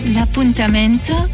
L'appuntamento